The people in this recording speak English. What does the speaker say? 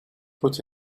put